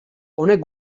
honek